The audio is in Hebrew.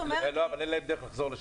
אבל אין להם דרך לחזור לשם.